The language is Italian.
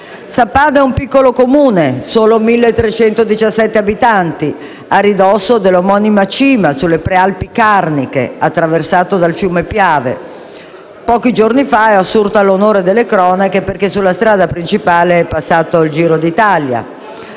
Sappada è un piccolo comune - solo 1.317 abitanti - a ridosso della omonima cima, sulle prealpi Carniche, attraversato dal fiume Piave. Pochi giorni fa è assurta all'onore delle cronache perché sulla strada principale è passato il Giro d'Italia.